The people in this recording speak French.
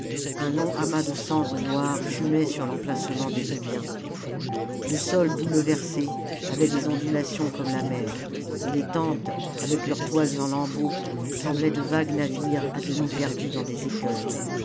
un long amas de cendres noires fumait sur l'emplacement des libyens le sol bouleversé avait des ondulations comme la mer et les tentes avec leurs toiles en lambeaux semblaient de vagues navires à demi perdus dans des écueils